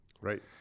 right